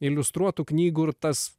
iliustruotų knygų ir tas